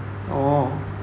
orh